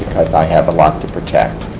i have a lot to protect.